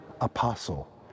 apostle